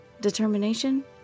Determination